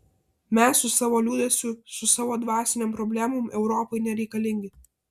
mes su savo liūdesiu su savo dvasinėm problemom europai nereikalingi